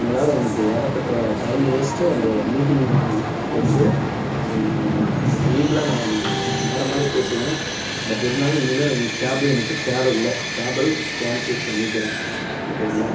உங்களால் எனக்கு ஏகபட்ட டைம் வேஸ்ட்டு அண்டு மீட்டிங் போச்சு லீகலாக நான் வேற மாதிரி பேசுவேன் பட் இருந்தாலும் இனிமேல் உங்கள் கேப் எனக்கு தேவை இல்லை கேபை கேன்சல் பண்ணிக்கிறேன் ஓகேங்களா